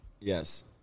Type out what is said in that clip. Yes